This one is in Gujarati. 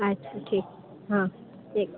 અચ્છા ઠીક હઁ